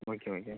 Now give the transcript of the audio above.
okay okay